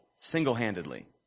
single-handedly